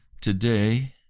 today